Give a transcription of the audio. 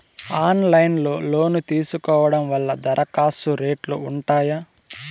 Online లో loan తీసుకోవడం వల్ల దరఖాస్తు రేట్లు ఉంటాయా?